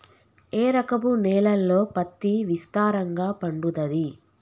ఏ రకపు నేలల్లో పత్తి విస్తారంగా పండుతది?